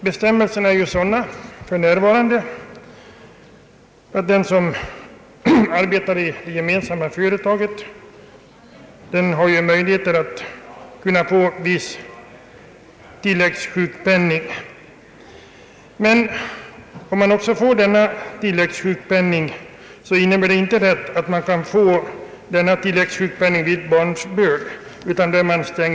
Bestämmelserna är för närvarande sådana att den som arbetar i det gemensamma företaget har möjligheter att få viss tilläggssjukpenning. Men om man får denna tilläggssjukpenning innebär det inte rätt att få tilläggssjukpenning vid barnsbörd.